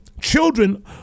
children